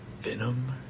venom